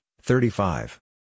thirty-five